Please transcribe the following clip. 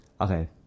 Okay